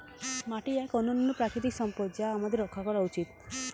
মাটি এক অনন্য প্রাকৃতিক সম্পদ যা আমাদের রক্ষা করা উচিত